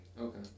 okay